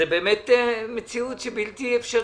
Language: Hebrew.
זו באמת מציאות בלתי אפשרית.